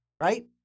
right